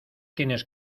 tienes